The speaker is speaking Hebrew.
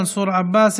מנסור עבאס,